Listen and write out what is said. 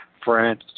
France